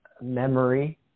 memory